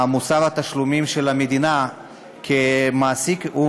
מוסר התשלומים של המדינה כמעסיק היא